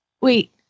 wait